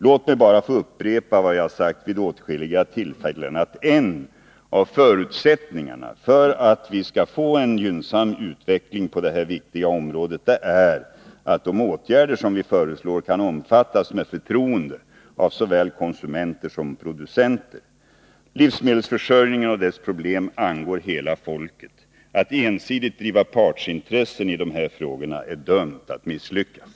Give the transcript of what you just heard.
Låt mig bara till sist få upprepa vad jag har sagt vid åtskilliga tillfällen: En av förutsättningarna för att vi skall få en gynnsam utveckling på detta viktiga område är att de åtgärder som vi föreslår kan omfattas med förtroende av såväl konsumenter som producenter. Livsmedelsförsörjningen och dess problem angår hela folket. Att ensidigt driva partsintressen i dessa frågor är dömt att misslyckas.